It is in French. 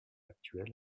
actuelle